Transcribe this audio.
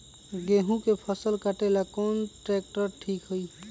गेहूं के फसल कटेला कौन ट्रैक्टर ठीक होई?